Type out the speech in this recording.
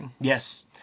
Yes